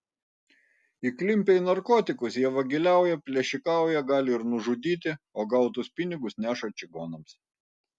įklimpę į narkotikus jie vagiliauja plėšikauja gali ir nužudyti o gautus pinigus neša čigonams